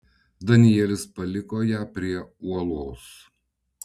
danielis paliko ją prie uolos